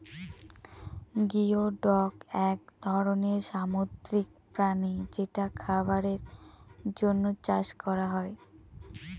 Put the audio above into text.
geoduck এক ধরনের সামুদ্রিক প্রাণী যেটা খাবারের জন্য চাষ করা হয়